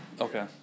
Okay